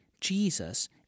Jesus